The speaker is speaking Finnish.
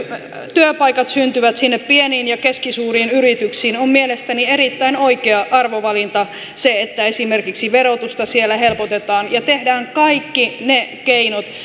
työpaikat syntyvät sinne pieniin ja keskisuuriin yrityksiin on mielestäni erittäin oikea arvovalinta se että esimerkiksi verotusta siellä helpotetaan ja tehdään kaikki ne keinot